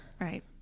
Right